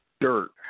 dirt